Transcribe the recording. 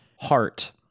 Heart